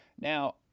now